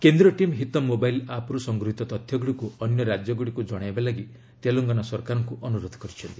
କେନ୍ଦ୍ରୀୟ ଟିମ୍ ହିତମ୍ ମୋବାଇଲ୍ ଆପ୍ରୁ ସଂଗୁହୀତ ତଥ୍ୟଗୁଡ଼ିକୁ ଅନ୍ୟ ରାଜ୍ୟଗୁଡ଼ିକୁ ଜଣାଇବା ଲାଗି ତେଲଙ୍ଗନା ସରକାରଙ୍କୁ ଅନୁରୋଧ କରିଛନ୍ତି